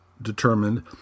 determined